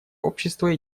общество